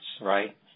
right